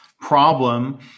problem